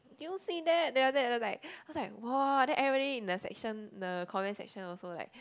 do you see that then after that I was like !wah! then everybody in the section the comment section also like